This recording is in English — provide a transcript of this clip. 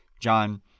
John